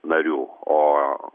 narių o